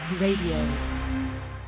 radio